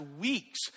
weeks